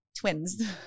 Twins